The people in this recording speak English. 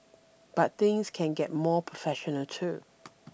but things can get more professional too